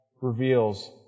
reveals